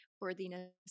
worthiness